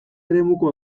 eremuko